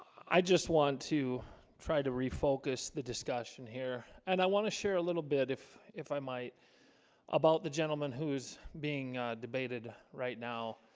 i just want to try to refocus the discussion here, and i want to share a little bit if if i might about the gentleman who's being debated right now